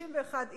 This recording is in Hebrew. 61 איש,